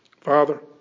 Father